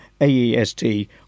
AEST